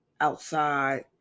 outside